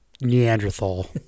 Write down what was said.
Neanderthal